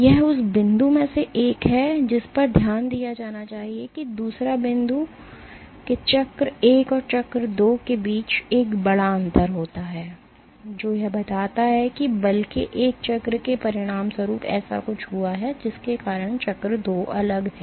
यह उस बिंदु में से एक है जिस पर ध्यान दिया जाना चाहिए दूसरा बिंदु यह है कि चक्र 1 और चक्र 2 के बीच एक बड़ा अंतर है जो यह बताता है कि बल के एक चक्र के परिणामस्वरूप ऐसा कुछ हुआ है जिसके कारण चक्र 2 अलग है